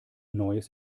neues